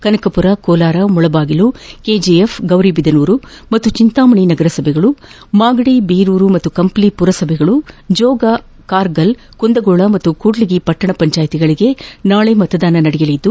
Kanakapura Kolar Mulbagal KGF Gauribidanur ಮತ್ತು ಚಿಂತಾಮಣಿ ನಗರಸಭೆಗಳು ಮಾಗಡಿ ಬೀರೂರು ಮತ್ತು ಕಂಪ್ಲಿ ಪುರಸಭೆಗಳು ಹಾಗೂ ಜೋಗ್ ಮತ್ತು ಕಾರ್ಗಲ್ ಕುಂದಗೋಳ ಮತ್ತು ಕೂಡ್ಲಿಗಿ ಪಟ್ಟಣ ಪಂಚಾಯಿತಿಗಳಿಗೆ ನಾಳೆ ಮತದಾನ ನಡೆಯಲಿದ್ದು